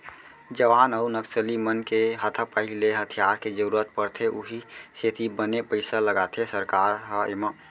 जवान अउ नक्सली मन के हाथापाई ले हथियार के जरुरत पड़थे उहीं सेती बने पइसा लगाथे सरकार ह एमा